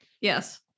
Yes